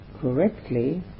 correctly